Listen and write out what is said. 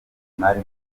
imari